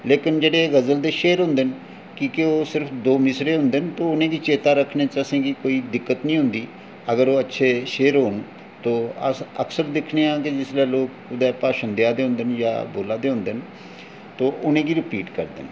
लेकिन जेह्ड़े गज़ल दे शे'र होंदे न क्योंकि ओह् सिर्फ दौ मिसरे होंदे न ते उ'नेंगी चेता रक्खने च असेंगी कोई मुश्कल निं होंदी ऐ अगर ओह् अच्छे शे'र होन अस अक्सर दिक्खने आं की लोग कुदै भाशन देआ दे होंदे न जां बोला दे होंदे न तो उनेंगी रपीट करदे न